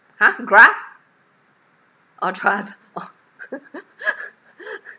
!huh! grass orh trust orh